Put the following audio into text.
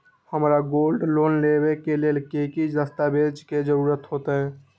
हमरा gold loan लेबे के लेल कि कि दस्ताबेज के जरूरत होयेत?